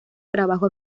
trabajo